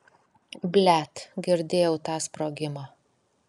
blet girdėjau tą sprogimą